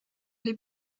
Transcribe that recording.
les